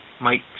Mike